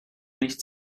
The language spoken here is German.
nicht